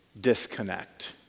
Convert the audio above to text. disconnect